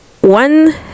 one